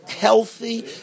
healthy